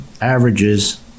averages